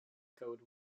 code